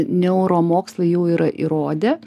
neuromokslai jau yra įrodę